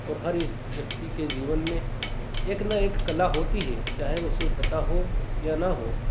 और हर व्यक्ति के जीवन में एक ना एक कला होती है चाहे उसे पता हो या ना हो